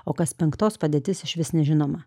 o kas penktos padėtis išvis nežinoma